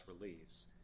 release